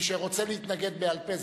מי שרוצה להתנגד בעל פה,